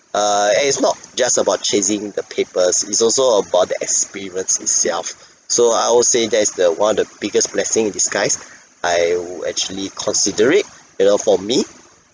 err and it's not just about chasing the papers it's also about the experience itself so I will say that's the one of the biggest blessing in disguise I would actually consider it you know for me